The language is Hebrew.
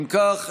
אם כך,